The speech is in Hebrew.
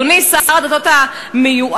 אדוני שר הדתות המיועד,